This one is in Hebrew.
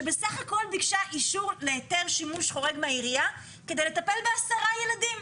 שבסך הכל ביקשה אישור להיתר שימוש חורג מהעירייה כדי לטפל ב-10 ילדים.